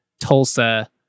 Tulsa